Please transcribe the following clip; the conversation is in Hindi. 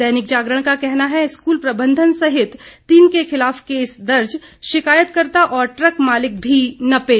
दैनिक जागरण का कहना है स्कूल प्रबंधन सहित तीन के खिलाफ केस दर्ज शिकायतकर्ता और ट्रक मालिक भी नपे